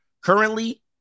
currently